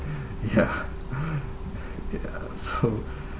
ya ya so